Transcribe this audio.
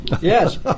Yes